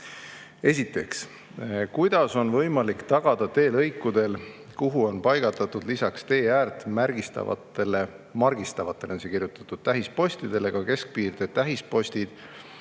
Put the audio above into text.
Esiteks: "Kuidas on võimalik tagada teelõikudel, kuhu on paigaldatud lisaks teeäärt märgistavatele ["Margistavatele" on siia kirjutatud. – K. M.] tähispostidele ka keskpiirde tähispostid